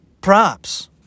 Props